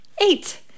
Eight